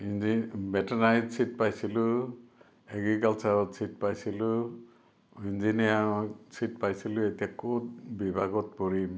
ভেটিনাৰিত seat পাইছিলোঁ এগ্ৰিকালচাৰত seat পাইছিলোঁ ইঞ্জিনিয়াৰিঙত চিট পাইছিলোঁ এতিয়া ক'ত বিভাগত পঢ়িম